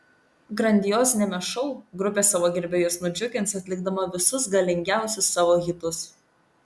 grandioziniame šou grupė savo gerbėjus nudžiugins atlikdama visus galingiausius savo hitus